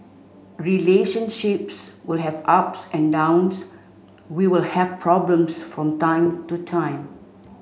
relationships will have ups and downs we will have problems from time to time